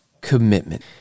commitment